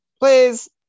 Please